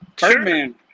Birdman